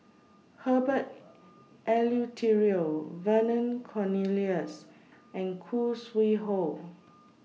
Herbert Eleuterio Vernon Cornelius and Khoo Sui Hoe